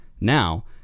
Now